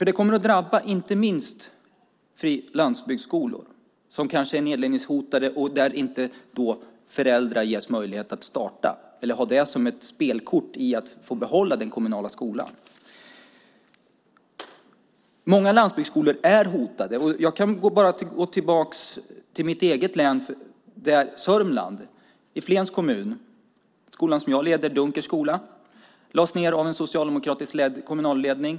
Det kommer inte minst att drabba landsbygdsskolor, som kanske är nedläggningshotade, eftersom föräldrar då inte ges möjlighet att starta en skola eller ha det som ett spelkort för att få behålla den kommunala skolan. Många landsbygdsskolor är hotade. Jag kan gå tillbaka till Flens kommun i mitt eget län, Sörmland. Den skola som jag leder, Dunkers skola, lades ned av en socialdemokratisk kommunledning.